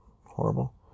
horrible